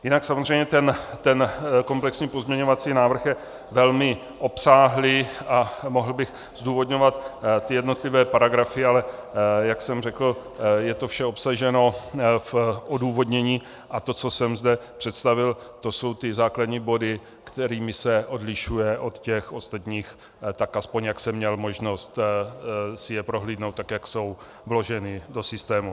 Jinak samozřejmě ten komplexní pozměňovací návrh je velmi obsáhlý a mohl bych zdůvodňovat jednotlivé paragrafy, ale jak jsem řekl, je to vše obsaženo v odůvodnění, a to, co jsem zde představil, to jsou základními body, kterými se odlišuje od těch ostatních, aspoň jak jsem měl možnost si je prohlédnout, tak jak jsou vloženy do systému.